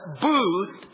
booth